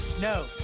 No